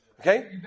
Okay